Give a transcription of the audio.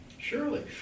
Surely